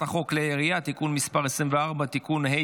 חוק כלי הירייה (תיקון מס' 24) (תיקון),